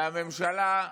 והממשלה,